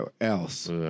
else